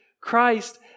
Christ